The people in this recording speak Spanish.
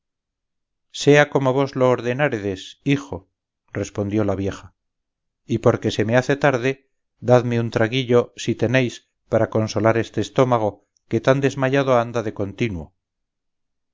sea como vos lo ordenáredes hijo respondió la vieja y porque se me hace tarde dadme un traguillo si tenéis para consolar este estómago que tan desmayado anda de contino